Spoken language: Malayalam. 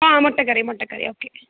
ആ മുട്ടക്കറി മുട്ടക്കറി ഓക്കെ